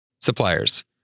Suppliers